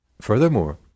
Furthermore